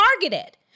targeted